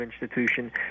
institution